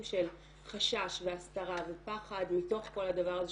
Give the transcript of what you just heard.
של חשש והסתרה ופחד מתוך כל הדבר הזה,